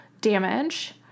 damage